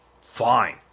Fine